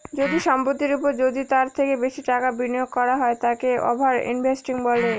যদি সম্পত্তির ওপর যদি তার থেকে বেশি টাকা বিনিয়োগ করা হয় তাকে ওভার ইনভেস্টিং বলে